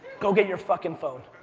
go get your fucking phone.